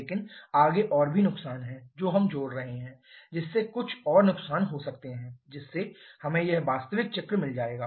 लेकिन आगे और भी नुकसान हैं जो हम जोड़ रहे हैं जिससे कुछ और नुकसान हो सकते हैं जिससे हमें यह वास्तविक चक्र मिल जाएगा